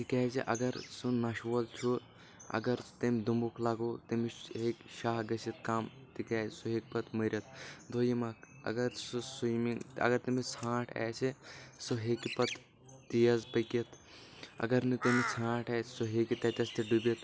تِکیٛازِ اگر سُہ نشہٕ وول چھُ اگر تٔمۍ دُمبُک لگوو تٔمِس ہیٚکہِ شہہ گٔژھِتھ کم تِکیٛازِ سُہ ہیٚکہِ پتہٕ مٔرِتھ دویِم اَکھ اگر سُہ سُوِمِنگ اگر تٔمِس ژھانٹھ آسہِ سُہ ہیٚکہِ پتہٕ تیز پٔکِتھ اگر نہٕ تٔمِس ژھانٛٹھ آسہِ سہُ ہیٚکہِ تَتھٮ۪تھ تہِ ڈُبِتھ